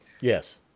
Yes